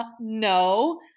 no